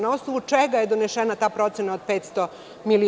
Na osnovu čega je donesena ta procena od 500.000.000?